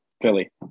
Philly